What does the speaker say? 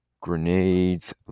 grenades